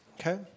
okay